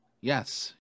Yes